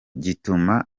gituma